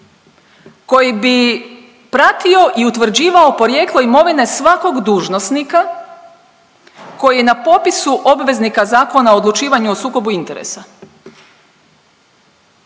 koji bi pratio i utvrđivao porijeklo imovine svakog dužnosnika koji je na popisu obveznika Zakona o odlučivanju o sukobu interesa.